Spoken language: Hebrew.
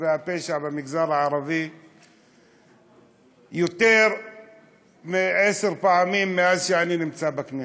והפשע במגזר הערבי יותר מעשר פעמים מאז שאני נמצא בכנסת.